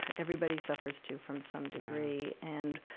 everybody suffers to from some degree. and,